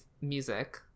music